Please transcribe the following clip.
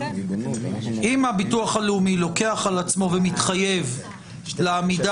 אם הביטוח הלאומי לוקח על עצמו ומתחייב לעמידה,